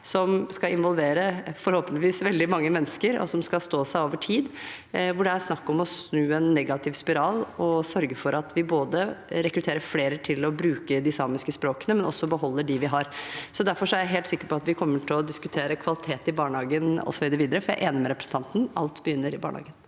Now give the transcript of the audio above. skal involvere veldig mange mennesker, og som skal stå seg over tid, hvor det er snakk om å snu en negativ spiral og sørge for at vi både rekrutterer flere til å bruke de samiske språkene, og også beholder dem vi har. Derfor er jeg helt sikker på at vi kommer til å diskutere kvalitet i barnehagen også i det videre, for jeg er enig med representanten: Alt begynner i barnehagen.